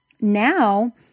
now